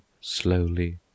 slowly